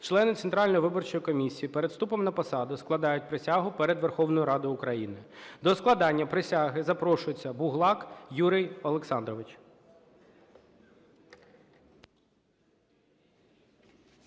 члени Центральної виборчої комісії перед вступом на посаду складають присягу перед Верховною Радою України. До складення присяги запрошується Буглак Юрій Олександрович.